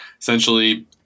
Essentially